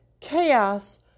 chaos